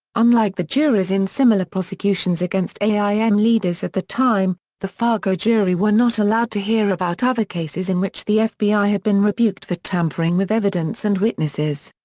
unlike the juries in similar prosecutions against aim leaders at the time, the fargo jury were not allowed to hear about other cases in which the fbi had been rebuked for tampering with evidence and witnesses.